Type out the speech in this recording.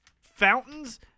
Fountains